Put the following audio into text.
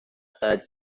third